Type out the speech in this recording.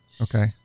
Okay